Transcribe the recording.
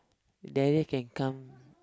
there you can come